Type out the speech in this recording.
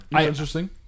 interesting